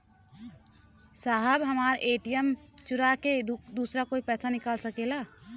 साहब हमार ए.टी.एम चूरा के दूसर कोई पैसा निकाल सकेला?